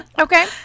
Okay